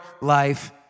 life